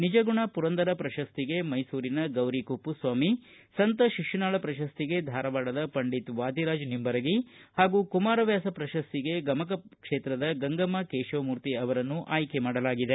ನಿಜಗುಣ ಪುರಂದರ ಪ್ರಶಸ್ತಿಗೆ ಮೈಸೂರಿನ ಗೌರಿ ಕುಪ್ಪಸ್ವಾಮಿ ಸಂತ ಶಿಶುನಾಳ ಪ್ರಶಸ್ತಿಗೆ ಧಾರವಾಡದ ಪಂಡಿತ ವಾದಿರಾಜ ನಿಂಬರಗಿ ಹಾಗೂ ಕುಮಾರವ್ಯಾಸ ಶ್ರಶಸ್ತಿಗೆ ಗಮಕ ಕ್ಷೇತ್ರದ ಗಂಗಮ್ಮ ಕೇಶವಮೂರ್ತಿರವರನ್ನು ಆಯ್ಕೆ ಮಾಡಲಾಗಿದೆ